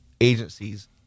agencies